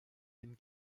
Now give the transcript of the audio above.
bin